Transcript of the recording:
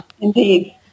indeed